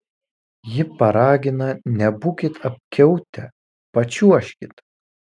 ji paragina nebūkit apkiautę pačiuožkit